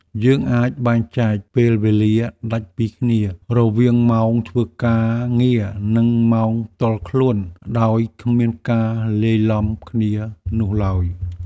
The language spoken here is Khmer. យើងអាចបែងចែកពេលវេលាដាច់ពីគ្នារវាងម៉ោងធ្វើការងារ និងម៉ោងផ្ទាល់ខ្លួនដោយគ្មានការលាយឡំគ្នានោះឡើយ។